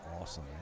awesome